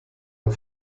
und